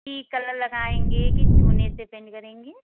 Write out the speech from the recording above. जी colour लगाएंगे कि चूने से पेंट करेंगे